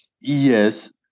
Yes